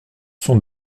sont